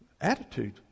attitude